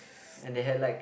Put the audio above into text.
and they had like